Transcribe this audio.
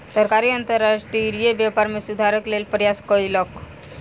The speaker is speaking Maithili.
सरकार अंतर्राष्ट्रीय व्यापार में सुधारक लेल प्रयास कयलक